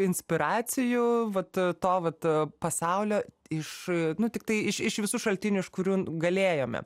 inspiracijų vat to vat pasaulio iš nu tiktai iš iš visų šaltinių iš kurių galėjome